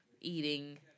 Eating